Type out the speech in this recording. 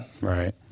Right